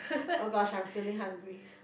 oh gosh I am feeling hungry